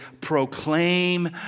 proclaim